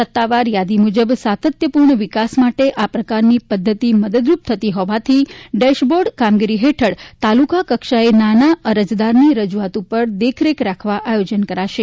સત્તાવાર યાદી મુજબ સાતત્યપૂર્ણ વિકાસ માટે આ પ્રકારની પદ્ધતિ મદદરૂપ થતી હોવાથી ડેશ બોર્ડની કામગીરી હેઠળ તાલુકા કક્ષાએ નાના અરજદારની રજૂઆત ઉપર દેખરેખ રાખવા આયોજન કરાશે